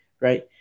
right